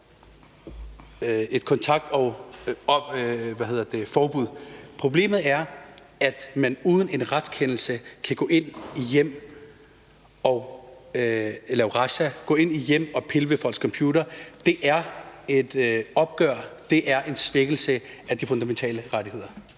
et kontaktforbud. Problemet er, at man uden en retskendelse kan gå ind i folks hjem og foretage en razzia, gå ind i folks hjem og pille ved deres computer. Det er et opgør med, det er en svækkelse af de fundamentale rettigheder.